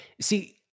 See